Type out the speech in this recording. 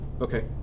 Okay